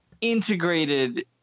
integrated